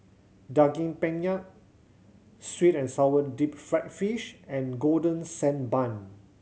Daging Penyet sweet and sour deep fried fish and Golden Sand Bun